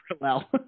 parallel